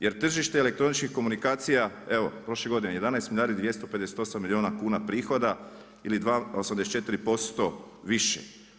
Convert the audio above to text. Jer tržište elektroničkih komunikacija, evo prošle godine, 11 milijardi 258 milijuna kuna prihoda ili 2,84% više.